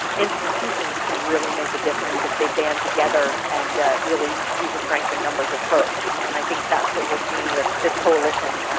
institutions can really make a difference if they band together and really use the strength in numbers approach. and i think that's what we're seeing with this coalition, and